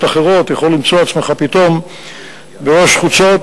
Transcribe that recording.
אחרות אתה יכול למצוא את עצמך פתאום בראש חוצות,